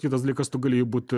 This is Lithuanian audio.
kitas dalykas tu gali būt